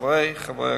חברי הכנסת.